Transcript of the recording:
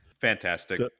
Fantastic